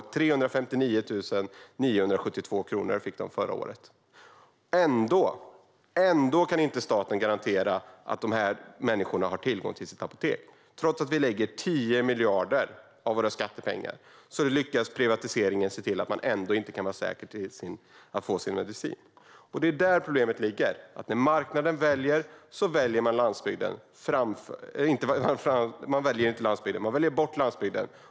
359 972 kronor fick de förra året. Ändå kan inte staten garantera att dessa människor har tillgång till sitt apotek. Trots att vi lägger 10 miljarder av våra skattepengar på detta lyckas man med privatiseringen se till att människor ändå inte kan vara säkra på att få sin medicin. Det är där problemet ligger. Marknaden väljer städerna och väljer bort landsbygden.